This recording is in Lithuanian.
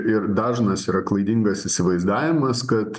ir dažnas yra klaidingas įsivaizdavimas kad